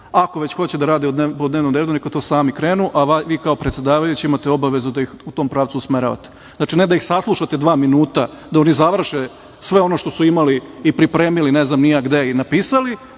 već hoće da rade po dnevnom redu, neka to sami krenu, a vi kao predsedavajuća imate obavezu da ih u tom pravcu usmeravate. Znači, ne da ih saslušate dva minuta da oni završe sve ono što su imali i pripremili ne znam ni ja gde i napisali